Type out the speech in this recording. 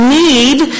need